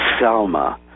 Selma